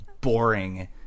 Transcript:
boring